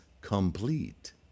complete